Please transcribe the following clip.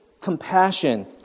Compassion